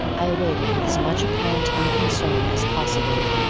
i awaited with as much apparent unconcern as possible,